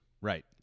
Right